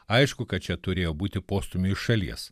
aišku kad čia turėjo būti postūmį iš šalies